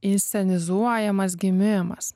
inscenizuojamas gimimas